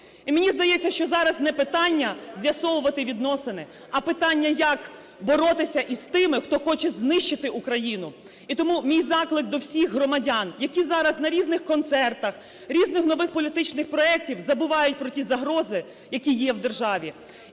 І мені здається, що зараз не питання з'ясовувати відносини. А питання, як боротися із тими, хто хоче знищити Україну. І тому мій заклик до всіх громадян, які зараз на різних концертах, різних нових політичних проектів забувають про ті загрози, які є в державі.